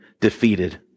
defeated